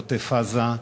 בעוטף-עזה,